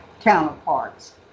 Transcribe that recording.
counterparts